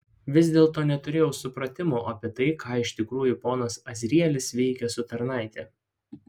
vis dėlto neturėjau supratimo apie tai ką iš tikrųjų ponas azrielis veikia su tarnaite